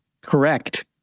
correct